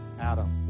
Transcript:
Adam